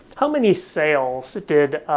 how many sales did